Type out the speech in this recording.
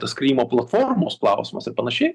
tas krymo platformos klausimas ir panašiai